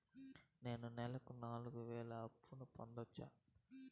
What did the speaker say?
నేను నెలకు నాలుగు వేలు అప్పును పొందొచ్చా?